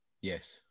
yes